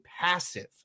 passive